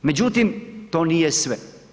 Međutim, to nije sve.